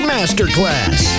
Masterclass